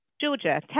Georgia